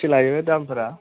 बेसे लायो दामफ्रा